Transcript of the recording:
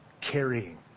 carrying